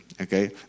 okay